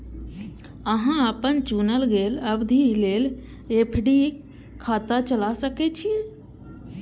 अहां अपन चुनल गेल अवधि लेल एफ.डी खाता चला सकै छी